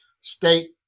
state